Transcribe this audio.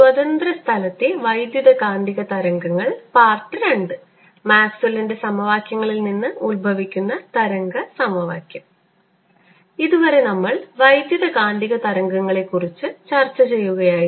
സ്വതന്ത്ര സ്ഥലത്തെ വൈദ്യുതകാന്തിക തരംഗങ്ങൾ II മാക്സ്വെല്ലിന്റെ സമവാക്യങ്ങളിനിന്ന് ഉത്ഭവിക്കുന്ന തരംഗ സമവാക്യം ഇതുവരെ നമ്മൾ വൈദ്യുതകാന്തിക തരംഗങ്ങളെക്കുറിച്ച് ചർച്ച ചെയ്യുകയായിരുന്നു